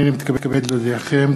הנני מתכבד להודיעכם,